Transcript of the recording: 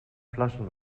flaschen